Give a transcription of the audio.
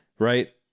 Right